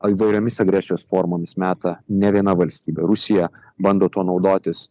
o įvairiomis agresijos formomis meta nė viena valstybė rusija bando tuo naudotis